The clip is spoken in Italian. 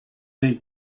dei